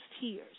tears